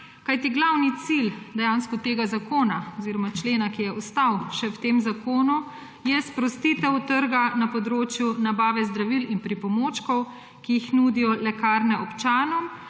Kajti glavni cilj tega zakona oziroma člena, ki je še ostal v tem zakonu, je sprostitev trga na področju nabave zdravil in pripomočkov, ki jih nudijo lekarne občanom,